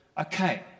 okay